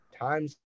times